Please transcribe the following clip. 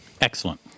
Excellent